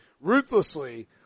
ruthlessly